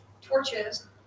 torches